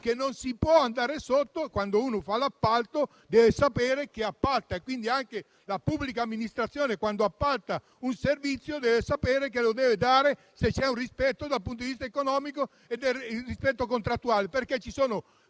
che non si può andare sotto e quando uno fa l'appalto deve sapere che appalta. Anche la pubblica amministrazione, quando appalta un servizio, deve sapere che lo deve dare, se c'è un rispetto dal punto vista economico e contrattuale. Ci sono